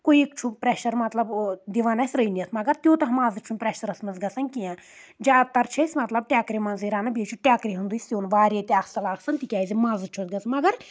قُیِک چھُ پرؠشَر مطلب دِوان اَسہِ رٔنِتھ مگر تیوٗتاہ مزٕ چھُنہٕ پرؠشرس منز گَژھان کینٛہہ زیادٕ تر چھِ أسۍ مطلب ٹؠکرِ منز رَنان یہِ چھُ ٹٮ۪کرِ ہُنٛدُے سِیُن واریاہ تہِ اَصل آسان تِکیازِ مزٕ چھُ اَتھ گژھان مگر